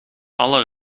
alle